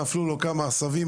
נפלו לו כמה עשבים,